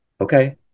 Okay